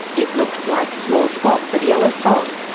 it looks like small spots of yellow salt,